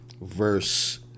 verse